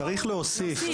צריך להוסיף,